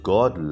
God